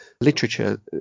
literature